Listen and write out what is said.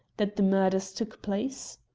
that the murders took place?